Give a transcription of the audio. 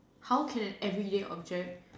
how can an everyday object